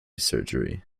surgery